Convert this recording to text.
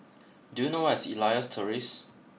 do you know where is Elias Terrace